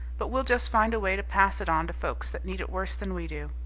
but we'll just find a way to pass it on to folks that need it worse than we do.